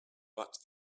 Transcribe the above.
but